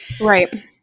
Right